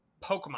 Pokemon